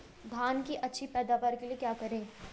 धान की अच्छी पैदावार के लिए क्या करें?